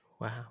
Wow